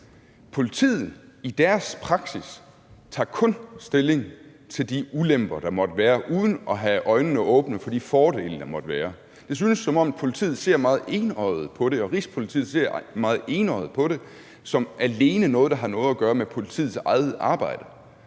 Politiet tager i deres praksis kun stilling til de ulemper, der måtte være, uden at have øjnene åbne for de fordele, der måtte være. Det synes, som om politiet ser meget enøjet på det og Rigspolitiet ser meget enøjet på det, altså alene som noget, der har noget at gøre med politiets eget arbejde.